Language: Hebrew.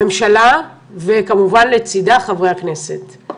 הממשלה, וכמובן לצידה חברי הכנסת.